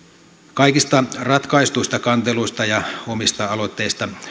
kaikista ratkaistuista kanteluista ja omista aloitteista